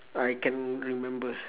I cannot remember